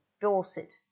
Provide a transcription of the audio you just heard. Dorset